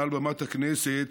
מעל במת הכנסת,